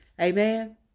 Amen